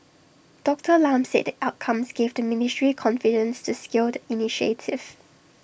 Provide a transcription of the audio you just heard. Doctor Lam said the outcomes gave the ministry confidence to scale the initiative